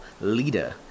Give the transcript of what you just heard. leader